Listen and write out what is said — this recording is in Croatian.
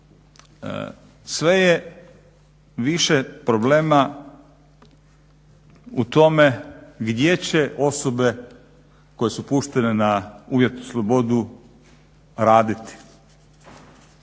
Sve je više problema u tome gdje će osobe koje su puštene na uvjetnu slobodu raditi.